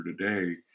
today